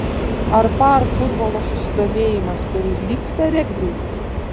ar par futbolo susidomėjimas prilygsta regbiui